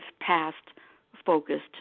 past-focused